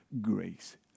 grace